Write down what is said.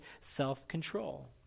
self-control